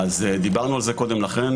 אז דיברנו על זה קודם לכן.